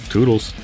Toodles